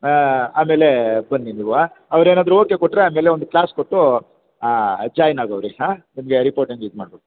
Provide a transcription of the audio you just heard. ಆಮೇಲೆ ಬನ್ನಿ ನೀವು ಆಂ ಅವ್ರು ಏನಾದರು ಓಕೆ ಕೊಟ್ಟರೆ ಆಮೇಲೆ ಒಂದು ಕ್ಲಾಸ್ ಕೊಟ್ಟು ಜಾಯ್ನ್ ಆಗುವಿರಿ ಹಾಂ ನಿಮಗೆ ರಿಪೋರ್ಟನ್ನು ಇದು ಮಾಡಿ